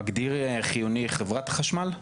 מגדיר חיוני חברת חשמל?